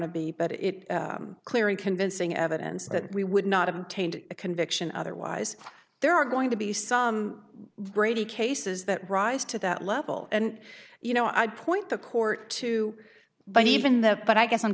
of me but it clearly convincing evidence that we would not obtained a conviction otherwise there are going to be some brady cases that rise to that level and you know i'd point the court too but even the but i guess i'm